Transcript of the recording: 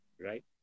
Right